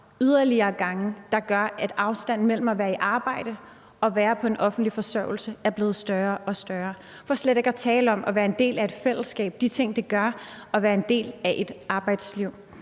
beskæftigelsesfradrag, der gør, at afstanden mellem at være i arbejde og være på en offentlig forsørgelse er blevet større og større – for slet ikke at tale om det at være en del af et fællesskab og de ting, det gør at være en del af et arbejdsliv.